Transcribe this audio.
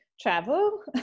travel